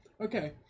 Okay